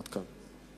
עד כאן.